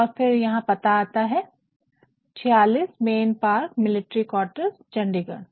और फिर यहाँ पता आता है ५६ main park military quarters Chandigarh